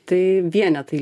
tai vienetai